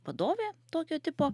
vadovė tokio tipo